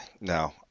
no